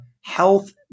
health